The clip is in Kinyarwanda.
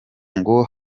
ngo